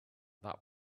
that